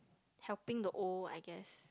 helping the old I guess